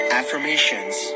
affirmations